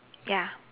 ya